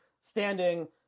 standing